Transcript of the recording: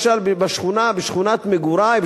למשל בשכונת מגורי,